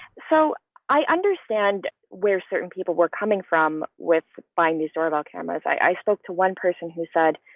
so i understand where certain people were coming from with buying these sort of cameras. i spoke to one person who said,